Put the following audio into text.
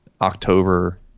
October